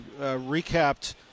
recapped